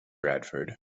radford